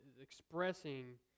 expressing